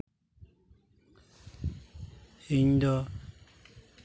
ᱤᱧ ᱫᱚ